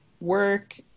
work